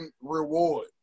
reward